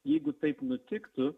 jeigu taip nutiktų